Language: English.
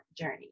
journey